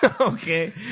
okay